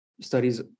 Studies